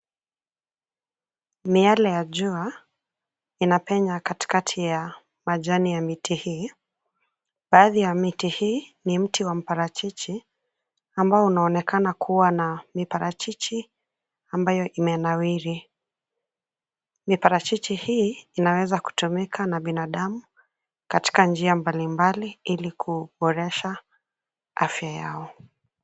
Miale ya jua inapenya katikati ya majani ya miti hii. Baadhi ya miti hii ni mti wa mparachichi, ambao unaonekana kuwa na miparachichi ambayo imenawiri. Miparachichi hii inaweza kutumika na binadamu katika njia mbalimbali ili kuboresha afya yao.